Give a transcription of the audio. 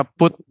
put